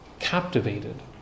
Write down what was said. Captivated